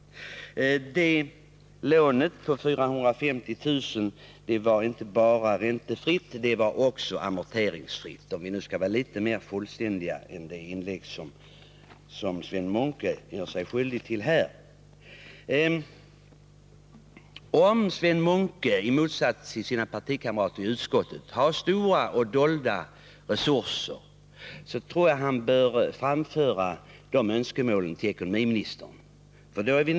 Lånet på 450 000 kronor var inte bara räntefritt utan också amorteringsfritt, om jag nu skall vara litet mer fullständig än vad Sven Munke var i sitt inlägg. Om Sven Munke i motsats till sina partikamrater i utskottet har kännedom om stora och dolda resurser, tror jag att han bör framföra sina önskemål till ekonomiministern.